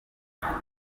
kamonyi